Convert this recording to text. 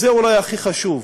וזה אולי הכי חשוב,